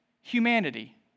humanity